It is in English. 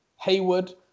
Haywood